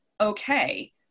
okay